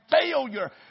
failure